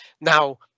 Now